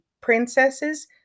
princesses